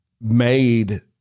made